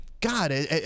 God